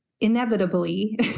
inevitably